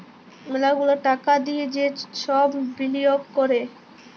ম্যালা গুলা টাকা দিয়ে যে সব বিলিয়গ ক্যরে